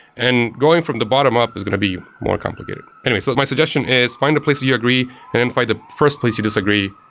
and going from the bottom up is going to be more complicated. anyway, so my suggestion is find a place that you agree and then find the first place you disagree.